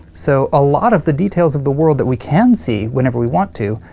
so a lot of the details of the world that we can see whenever we want to,